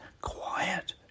quiet